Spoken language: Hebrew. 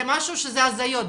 זה משהו שזה הזיות,